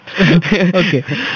Okay